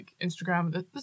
Instagram